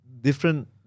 different